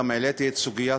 גם העליתי את הסוגיה,